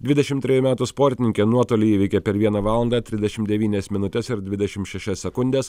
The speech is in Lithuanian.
dvidešim trejų metų sportininkė nuotolį įveikė per vieną valandą trisdešim devynias minutes ir dvidešim šešias sekundes